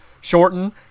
shorten